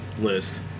List